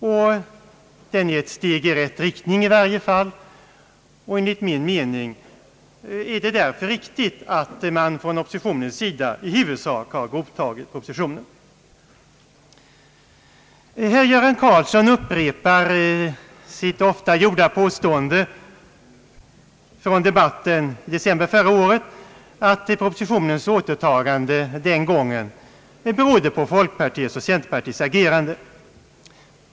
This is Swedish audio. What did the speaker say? Den är i varje fall ett steg i rätt riktning, och enligt min mening är det därför riktigt att oppositionen i huvudsak har godtagit propositionen. Herr Göran Karlsson upprepar sitt ofta gjorda påstående från debatten i december förra året att propositionens återtagande den gången berodde på folkpartiets och centerpartiets agerande.